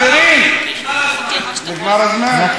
הרי כל החקיקה הזו וכל הפרינציפ מאחורי זה ידוע שנים על-גבי שנים.